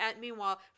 meanwhile